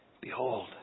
Behold